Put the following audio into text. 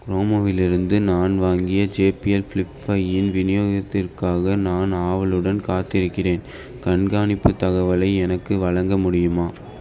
குரோமோவிலிருந்து நான் வாங்கிய JBL flip ஃபையின் விநியோகத்திற்காக நான் ஆவலுடன் காத்திருக்கிறேன் கண்காணிப்பு தகவலை எனக்கு வழங்க முடியுமா